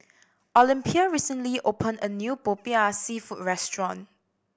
Olympia recently opened a new Popiah Seafood restaurant